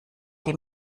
die